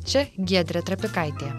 čia giedrė trapikaitė